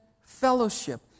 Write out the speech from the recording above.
fellowship